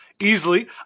easily